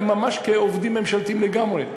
הם ממש כעובדים ממשלתיים לגמרי,